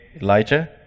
Elijah